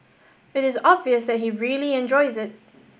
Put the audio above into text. it is obvious that he really enjoys it